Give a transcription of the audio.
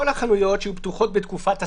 כל החנויות שהיו פתוחות בתקופת הסגר,